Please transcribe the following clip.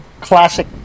classic